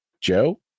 Joe